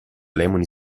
lemony